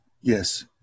Yes